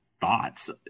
thoughts